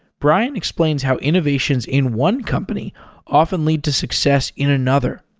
brian explains how innovations in one company often lead to success in another.